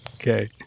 Okay